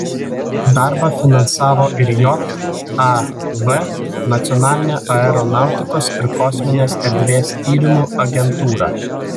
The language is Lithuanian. darbą finansavo ir jav nacionalinė aeronautikos ir kosminės erdvės tyrimų agentūra